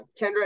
Kendra